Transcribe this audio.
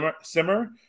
Simmer